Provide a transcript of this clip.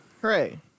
Hooray